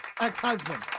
Ex-husband